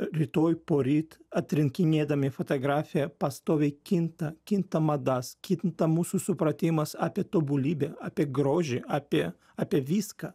rytoj poryt atrinkinėdami fotografiją pastoviai kinta kinta mada s kinta mūsų supratimas apie tobulybę apie grožį apie apie viską